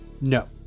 No